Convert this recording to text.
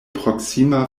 proksima